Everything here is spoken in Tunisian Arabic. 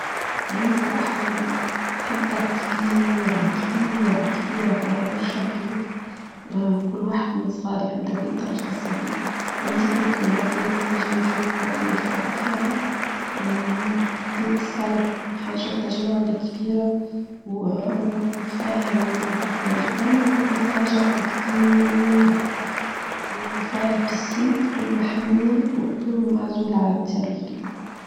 منزل أحلامي نحب دار كبيرة كبيرة كبيرة فاها برشا بيوت كل واحد من صغاري عندها بيتها الخاصة بي عندي بيت للاضياف في النجم ويشوي ويقعدوا يرتاحوا فاها البيت الصالب بحاجات تجمعنا كبيرة وفاها يعني من الأساس ما يجمعنا وتكون فاها جارتا كبيييييييرة وفاها بيسين تكون محمية وتكون معزولة على ديار الأخرين.